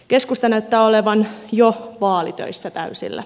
keskusta näyttää olevan jo vaalitöissä täysillä